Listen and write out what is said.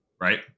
right